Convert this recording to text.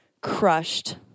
crushed